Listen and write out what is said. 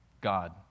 God